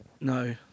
No